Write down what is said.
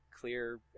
clear